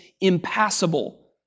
impassable